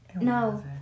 No